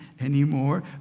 anymore